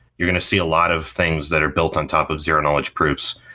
you're going to see a lot of things that are built on top of zero knowledge proofs.